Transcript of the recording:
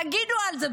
תגידו את זה,